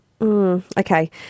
Okay